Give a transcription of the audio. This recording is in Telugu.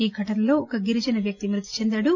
ఈ ఘటనలో ఓ గిరిజన వ్యక్తి మృతి చెందాడు